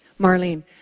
Marlene